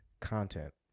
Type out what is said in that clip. content